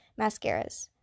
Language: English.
mascaras